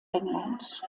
england